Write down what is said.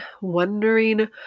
wondering